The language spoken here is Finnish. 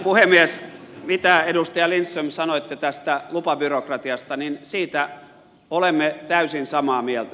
siitä mitä edustaja lindström sanoitte tästä lupabyrokratiasta olemme täysin samaa mieltä